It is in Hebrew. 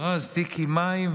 ארז תיק עם מים,